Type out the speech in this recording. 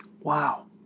wow